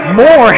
more